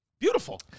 beautiful